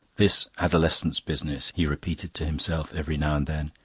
this adolescence business, he repeated to himself every now and then,